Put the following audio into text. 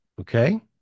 Okay